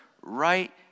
right